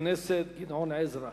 חבר הכנסת גדעון עזרא.